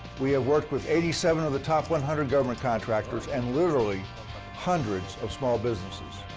we have worked with eighty seven of the top one hundred government contractors and literally hundreds of small businesses.